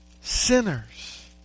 sinners